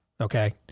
Okay